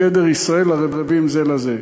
בגדר ישראל ערבים זה לזה.